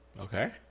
Okay